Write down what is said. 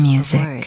Music